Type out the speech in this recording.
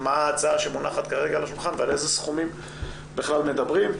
מה ההצעה שמונחת על השולחן ועל איזה סכומים בכלל מדברים,